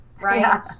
right